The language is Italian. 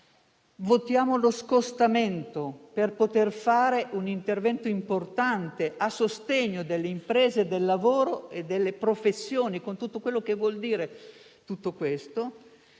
votiamo lo scostamento per poter fare un intervento importante a sostegno delle imprese, del lavoro e delle professioni, con tutto ciò che ne deriva.